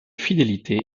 fidélité